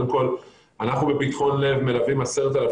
קודם כל אנחנו בפתחון לב מלווים 10,000